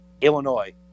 Illinois